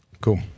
Cool